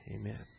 amen